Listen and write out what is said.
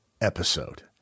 episode